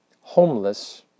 homeless